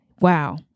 wow